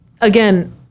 again